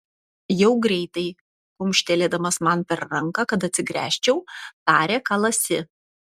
jau greitai kumštelėdamas man per ranką kad atsigręžčiau tarė kalasi